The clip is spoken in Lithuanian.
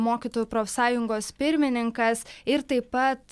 mokytojų profsąjungos pirmininkas ir taip pat